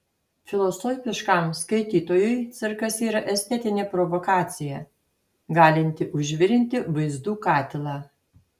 filosofiškam skaitytojui cirkas yra estetinė provokacija galinti užvirinti vaizdų katilą